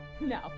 No